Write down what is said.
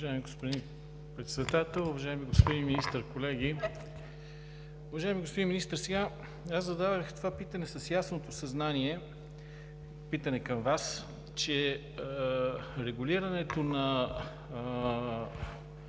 Уважаеми господин Председател, уважаеми господин Министър, колеги! Уважаеми господин Министър, аз зададох това питане с ясното съзнание – питане към Вас, че регулирането на